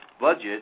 budget